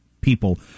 people